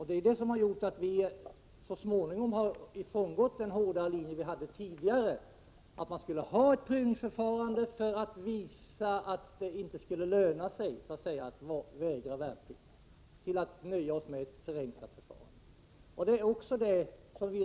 Det är det som har gjort att vi så småningom har frångått den hårda linje som vi hade tidigare, att man skulle ha ett prövningsförfarande för att visa att det inte skulle ”löna sig” att vägra värnplikt utan nöjer oss med ett förenklat förfarande.